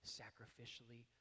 sacrificially